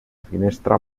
finestra